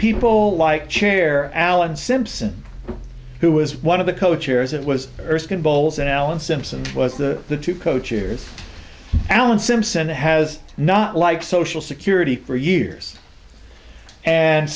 people like chair alan simpson who was one of the co chairs it was erskine bowles and alan simpson was the the two co chairs alan simpson has not like social security for years and